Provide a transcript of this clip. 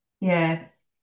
Yes